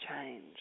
change